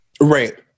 Right